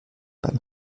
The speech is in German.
beim